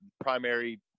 primary